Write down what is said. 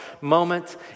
moment